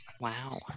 wow